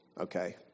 Okay